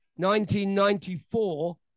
1994